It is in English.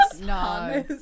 No